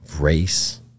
race